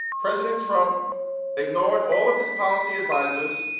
president trump ignored all of his policy advisors,